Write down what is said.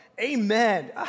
amen